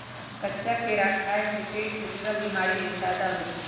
कच्चा केरा खाय से पेट से जुरल बीमारी में फायदा होई छई